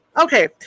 Okay